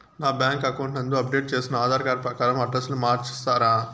నా bank account నందు update చేసిన ఆధార్ కార్డు ప్రకారం అడ్రస్ ను మార్చిస్తారా?